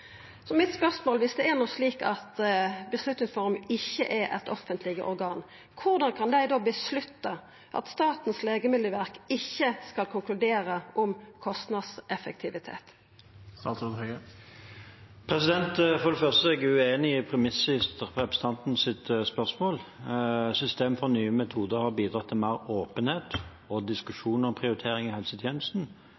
Så mitt spørsmål er: Dersom det no er slik at Beslutningsforum ikkje er eit offentleg organ, korleis kan dei då beslutta at Statens legemiddelverk ikkje skal konkludera om kostnadseffektivitet? For det første er jeg uenig i premisset i representantens spørsmål. Systemet for nye metoder har bidratt til mer åpenhet og